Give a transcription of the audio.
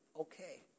okay